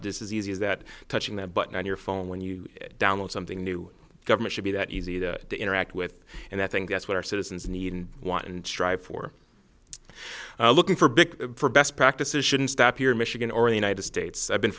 disease that touching that button on your phone when you download something new government should be that easy to interact with and i think that's what our citizens need and want and strive for looking for big best practices shouldn't stop here in michigan or the united states i've been